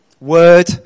Word